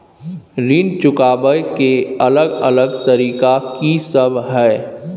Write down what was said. ऋण चुकाबय के अलग अलग तरीका की सब हय?